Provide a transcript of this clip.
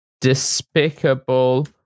despicable